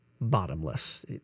bottomless